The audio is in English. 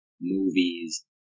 movies